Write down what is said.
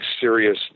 serious